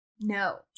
no